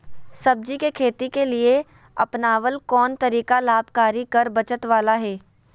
सब्जी के खेती के लिए अपनाबल कोन तरीका लाभकारी कर बचत बाला है?